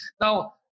now